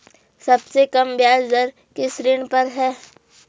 सबसे कम ब्याज दर किस ऋण पर है?